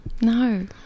No